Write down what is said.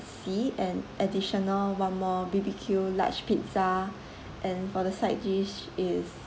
C and additional one more B_B_Q large pizza and for the side dish is